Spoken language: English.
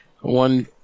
one